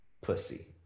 pussy